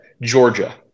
Georgia